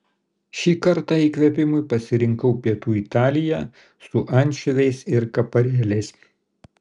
šį kartą įkvėpimui pasirinkau pietų italiją su ančiuviais ir kaparėliais